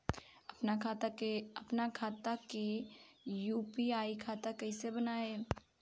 आपन खाता के यू.पी.आई खाता कईसे बनाएम?